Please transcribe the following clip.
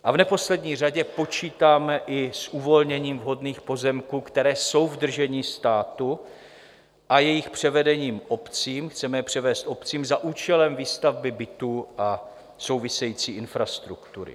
A v neposlední řadě počítáme i s uvolněním vhodných pozemků, které jsou v držení státu, a jejich převedení obcím, chceme je převést obcím za účelem výstavby bytů a související infrastruktury.